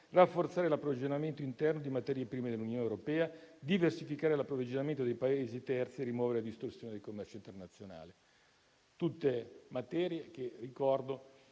rafforzare l'approvvigionamento interno di materie prime dell'Unione europea; a diversificare l'approvvigionamento dai Paesi terzi e rimuovere le distorsioni del commercio internazionale. Sono tutte materie che - lo ricordo